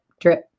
drip